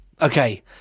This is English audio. Okay